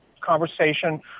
conversation